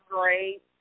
great